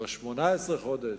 18 חודש.